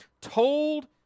told